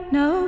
no